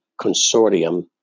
consortium